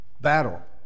battle